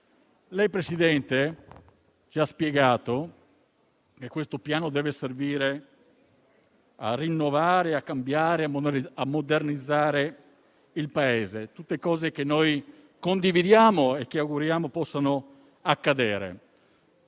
Lei, Presidente, ci ha spiegato che questo Piano deve servire a rinnovare, a cambiare, a modernizzare il Paese, tutte cose che noi condividiamo e che ci auguriamo possano accadere.